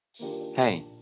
Hey